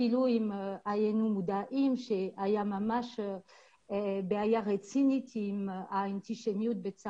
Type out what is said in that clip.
למרות שהיינו מודעים לכך שהייתה בעיה רצינית בצרפת,